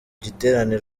giterane